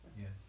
Yes